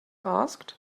asked